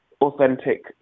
authentic